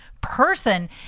person